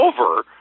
over